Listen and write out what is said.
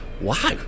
wow